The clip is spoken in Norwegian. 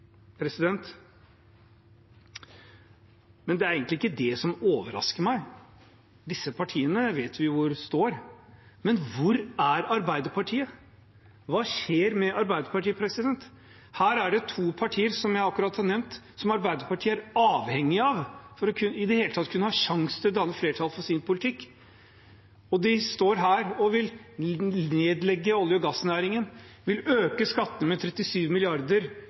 Men det er egentlig ikke det som overrasker meg. Disse partiene vet vi jo hvor står, men hvor er Arbeiderpartiet, hva skjer med Arbeiderpartiet? Her er det to partier, som jeg akkurat har nevnt, som Arbeiderpartiet er avhengig av for i det hele tatt kunne ha en sjanse til å danne flertall for sin politikk, og de står her og vil nedlegge olje- og gassnæringen og øke skattene med 37